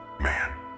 man